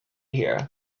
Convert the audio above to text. here